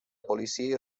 policia